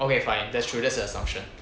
okay fine that's true that's a assumption